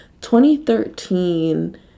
2013